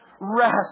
rest